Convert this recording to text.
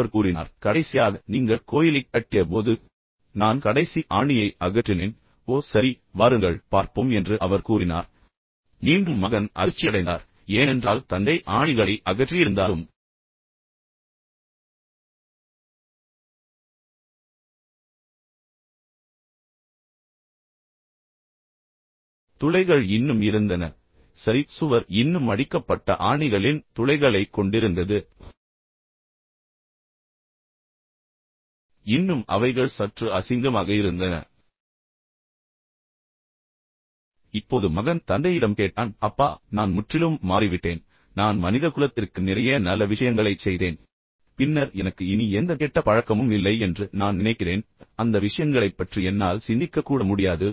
அவர் கூறினார் மகனே கடைசியாக நீங்கள் கோயிலைக் கட்டியபோது நான் கடைசி ஆணியை அகற்றினேன் ஓ சரி வாருங்கள் பார்ப்போம் என்று அவர் கூறினார் பின்னர் அவர்கள் சென்று பார்த்தனர் மீண்டும் மகன் அதிர்ச்சியடைந்தார் ஏனென்றால் தந்தை ஆணிகளை அகற்றியிருந்தாலும் துளைகள் இன்னும் இருந்தன சரி சுவர் இன்னும் அடிக்கப்பட்ட ஆணிகளின் துளைகளை கொண்டிருந்தது இன்னும் அவைகள் சற்று அசிங்கமாக இருந்தன இப்போது மகன் தந்தையிடம் கேட்டான் அப்பா நான் முற்றிலும் மாறிவிட்டேன் நான் மனிதகுலத்திற்கு நிறைய நல்ல விஷயங்களைச் செய்தேன் பின்னர் எனக்கு இனி எந்த கெட்ட பழக்கமும் இல்லை என்று நான் நினைக்கிறேன் அந்த விஷயங்களைப் பற்றி என்னால் சிந்திக்க கூட முடியாது